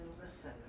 listen